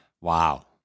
Wow